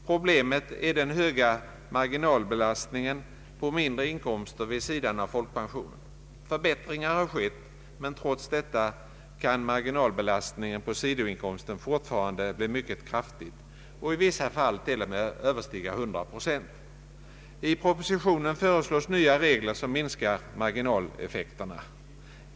Problemet är den höga marginalbelastningen på mindre inkomster vid sidan av folkpension. Förbättringar har skett, men trots dessa kan marginalbelastningen på sidoinkomsten fortfarande bli mycket kraftig och i vissa fall t.o.m. överstiga 100 procent. I propositionen föreslås nya regler som minskar marginaleffekterna.